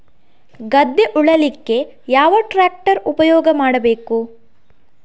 ಗದ್ದೆ ಉಳಲಿಕ್ಕೆ ಯಾವ ಟ್ರ್ಯಾಕ್ಟರ್ ಉಪಯೋಗ ಮಾಡಬೇಕು?